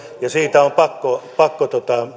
ja siitä on pakko pakko